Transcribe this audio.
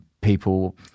people